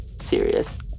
serious